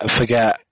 forget